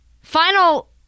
Final